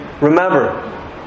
Remember